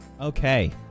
Okay